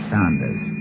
Sanders